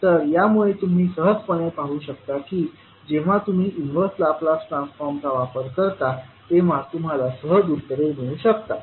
तर यामुळे तुम्ही सहजपणे पाहू शकता की जेव्हा तुम्ही इन्वर्स लाप्लास ट्रान्सफॉर्मचा वापर करता तेव्हा तुम्हाला सहज उत्तरे मिळू शकतात